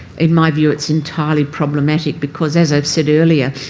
in my view it's entirely problematic because, as i've said earlier,